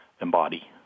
embody